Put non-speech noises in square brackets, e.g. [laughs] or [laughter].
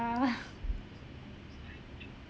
yeah [laughs]